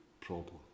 problem